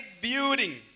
building